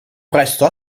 presto